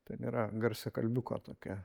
ten yra garsiakalbiuko tokia